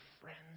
friends